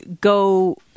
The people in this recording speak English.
go